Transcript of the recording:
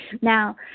Now